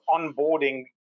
onboarding